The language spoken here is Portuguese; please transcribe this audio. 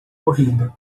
corrida